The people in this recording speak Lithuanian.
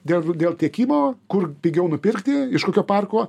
dėl dėl tiekimo kur pigiau nupirkti iš kokio parko